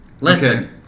Listen